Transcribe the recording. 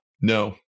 No